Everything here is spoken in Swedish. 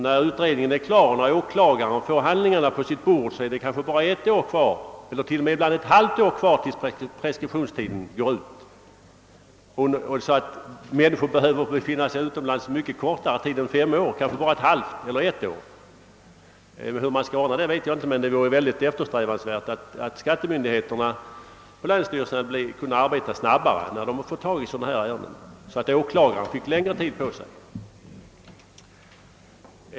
När utredningen är klar och åklagaren får handlingarna på sitt bord är det kanske ett år eller t.o.m. bara ett halvt år kvar tills preskriptionstiden går ut. Människor behöver därför befinna sig utomlands mycket kortare tid än fem år, kanske bara ett halvt eller ett år. Hur man skall ordna det vet jag inte, men det är eftersträvansvärt att skattemyndigheterna och länsstyrelserna arbetar snabbare när de får sådana ärenden, så att åklagaren får längre tid på sig.